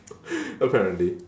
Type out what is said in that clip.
apparently